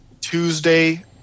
tuesday